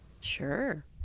Sure